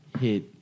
hit